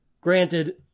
granted